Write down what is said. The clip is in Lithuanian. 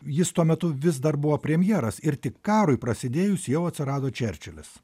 jis tuo metu vis dar buvo premjeras ir tik karui prasidėjus jau atsirado čerčilis